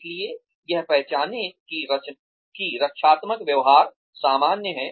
इसलिए यह पहचानें कि रक्षात्मक व्यवहार सामान्य है